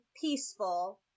peaceful